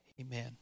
Amen